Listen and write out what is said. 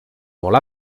molt